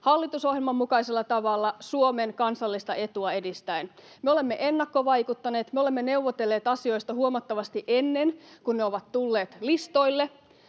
hallitusohjelman mukaisella tavalla Suomen kansallista etua edistäen. Me olemme ennakkovaikuttaneet, me olemme neuvotelleet asioista huomattavasti ennen kuin ne ovat tulleet listoille.